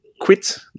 quit